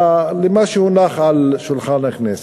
למה שהונח על שולחן הכנסת.